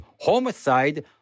homicide